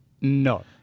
No